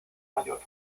mayor